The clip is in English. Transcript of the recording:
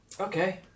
Okay